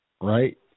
right